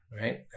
right